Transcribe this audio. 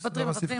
מוותרים.